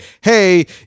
Hey